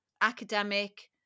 academic